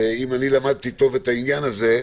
אם למדתי טוב את העניין הזה,